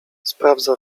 sprawdza